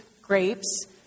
grapes